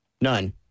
None